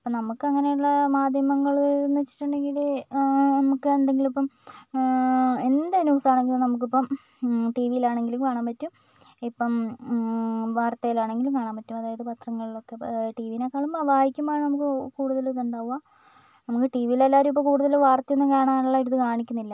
അപ്പോൾ നമുക്ക് അങ്ങനെയുള്ള മാധ്യമങ്ങൾ എന്ന് വെച്ചിട്ടുണ്ടെങ്കിൽ നമുക്ക് എന്തെങ്കിലും ഇപ്പം എന്ത് ന്യൂസ് ആണെങ്കിലും നമുക്കിപ്പം ടീ വിയിലാണെങ്കിലും കാണാൻ പറ്റും ഇപ്പം വാർത്തയിലാണെങ്കിലും കാണാൻ പറ്റും അതായത് പത്രങ്ങളിലൊക്കെ ടീ വിനെക്കാളും വായിക്കുമ്പോളാണ് നമുക്ക് കൂടുതൽ ഇതിണ്ടാവുക നമുക്ക് ടീ വിലെല്ലാവരും ഇപ്പോൾ കൂടുതൽ വർത്തയൊന്നും കാണാനുള്ള ഒരു ഇത് കാണിക്കുന്നില്ല